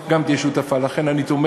מיהדות התורה על כך שתשובה מציע להם שוחד